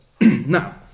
Now